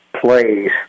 Plays